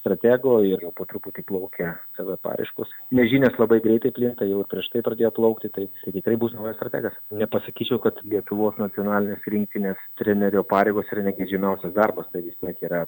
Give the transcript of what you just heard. stratego ir po truputį plaukia cv paraiškos nes žinios labai greitai plinta jau ir prieš tai pradėjo plaukti tai tikrai bus naujas strategas nepasakyčiau kad lietuvos nacionalinės rinktinės trenerio pareigos yra negeidžiamiausias darbas tai vis tiek yra